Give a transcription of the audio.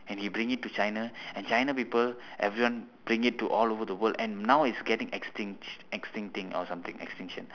and he bring it to china and china people everyone bring it to all over the world and now it's getting extinct or something extinction